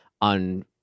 on